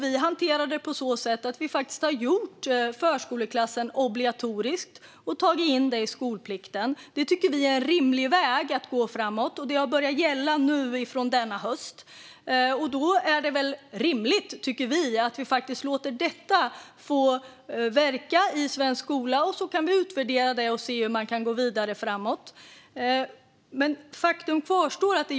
Vi hanterade det genom att faktiskt göra förskoleklassen obligatorisk och ta in detta i skolplikten. Vi tycker att det är en rimlig väg. Detta har börjat gälla från och med denna höst. Det är rimligt, tycker vi, att låta detta få verka i svensk skola. Sedan kan vi utvärdera det och se hur man kan gå vidare framgent.